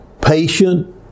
patient